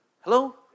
Hello